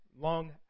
long